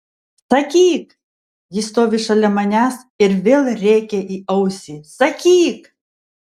sakyk ji stovi šalia manęs ir vėl rėkia į ausį sakyk